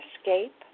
escape